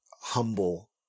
humble